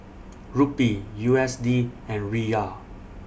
Rupee U S D and Riyal